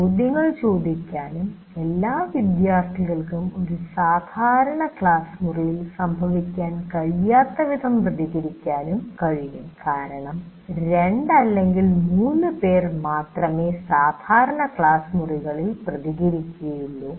ചോദ്യങ്ങൾ ചോദിക്കാനും എല്ലാ വിദ്യാർത്ഥികൾക്കും ഒരു സാധാരണ ക്ലാസ് മുറിയിൽ സംഭവിക്കാൻ കഴിയാത്തവിധം പ്രതികരിക്കാനും കഴിയും കാരണം 2 അല്ലെങ്കിൽ 3 പേർ മാത്രമേ സാധാരണ ക്ളാസ് മുറിയിൽ പ്രതികരിക്കുകയുള്ളൂ